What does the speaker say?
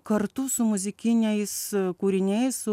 kartu su muzikiniais kūriniais